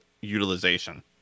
utilization